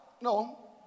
no